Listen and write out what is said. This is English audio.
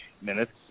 minutes